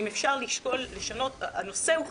אם אפשר לשקול לשנות את המינוח.